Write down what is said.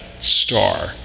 star